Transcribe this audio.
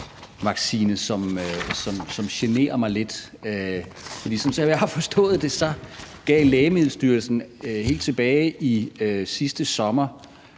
Nordic-vaccine, som generer mig lidt. For sådan som jeg har forstået det, gav Lægemiddelstyrelsen helt tilbage i sidste sommer